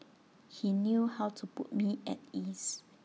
he knew how to put me at ease